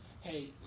hey